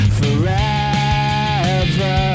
forever